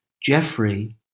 Jeffrey